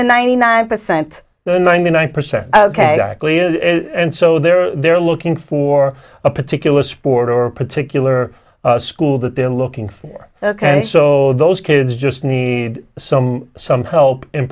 the ninety nine percent ninety nine percent ok and so there are they're looking for a particular sport or a particular school that they're looking for and so those kids just need some some help in